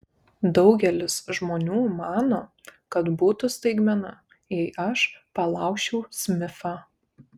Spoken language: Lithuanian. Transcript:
daugelis žmonių mano kad būtų staigmena jei aš palaužčiau smithą